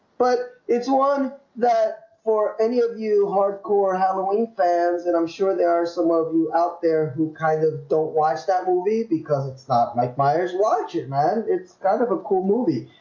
but it's one that for any of you hardcore halloween fans and i'm sure there are some of you out there who kind of don't watch that movie because it's not mike myers watch it man, it's kind of a cool movie